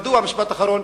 משפט אחרון,